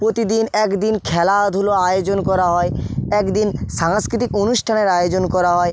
প্রতিদিন একদিন খেলাধুলো আয়োজন করা হয় একদিন সাংস্কৃতিক অনুষ্ঠানের আয়োজন করা হয়